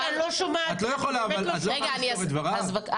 את לא יכולה לסתור את דבריו.